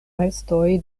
restoj